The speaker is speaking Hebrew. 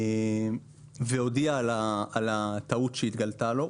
והודיע על הטעות שהתגלתה לו.